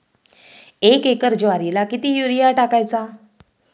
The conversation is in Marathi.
एक एकर ज्वारीला किती युरिया टाकायचा?